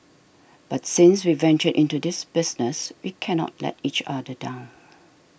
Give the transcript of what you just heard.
but since we ventured into this business we cannot let each other down